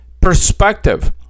perspective